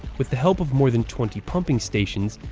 with the help of more than twenty pumping stations,